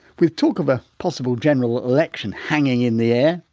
with talk of a possible general election hanging in the air,